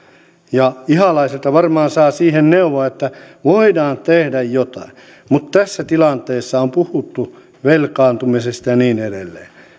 ja ihalaiselta varmaan saa siihen neuvoa että voidaan tehdä jotain tässä tilanteessa on puhuttu velkaantumisesta ja niin edelleen